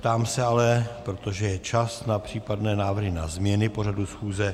Ptám se ale, protože je čas na případné návrhy na změny pořadu schůze.